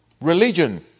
religion